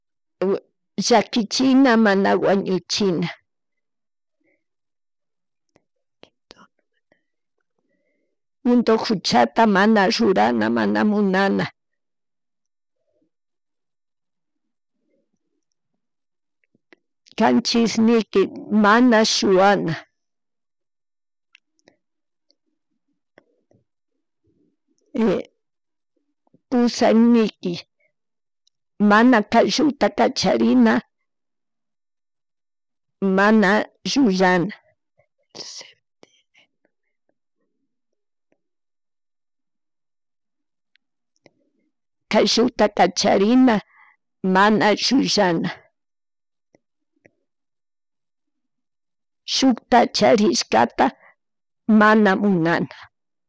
(-) Llakichina mana wañuchina, mana rurana mana munana, kanchish niki mana shuwana, pushakniki mana kalluta kacharina mana llullan, kayshunta kacharina mana llullana shuta charishkata mana munana